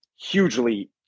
hugely